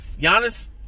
Giannis